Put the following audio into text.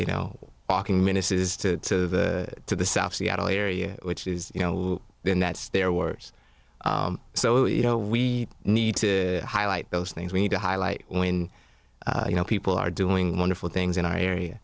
you know walking misses to to the south seattle area which is you know then that's their wars so you know we need to highlight those things we need to highlight when you know people are doing wonderful things in our area